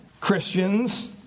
Christians